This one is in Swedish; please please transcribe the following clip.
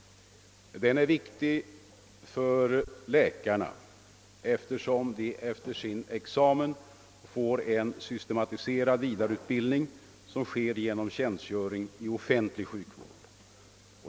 Den är viktig för läkarna, eftersom de efter sin examen får en systematiserad vidareutbildning genom tjänstgöring i offentlig sjukvård.